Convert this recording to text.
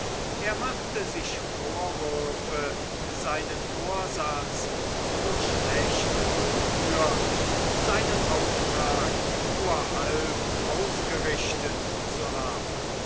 er machte sich vorwürfe seinen vorsatz so schlecht vollführt seinen auftrag nur halb ausgerichtet zu haben